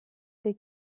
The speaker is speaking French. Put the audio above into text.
des